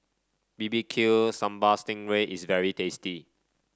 bbq Sambal Sting Ray is very tasty